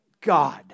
God